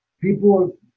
people